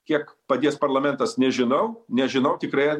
kiek padės parlamentas nežinau nežinau tikrai